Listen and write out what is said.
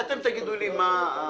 אתם תגידו לי מה.